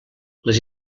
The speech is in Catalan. les